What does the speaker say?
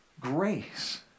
grace